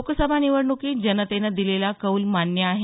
लोकसभा निवडणुकीत जनतेनं दिलेला कौल मान्य आहे